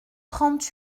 trente